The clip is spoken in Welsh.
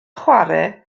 chwarae